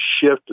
shift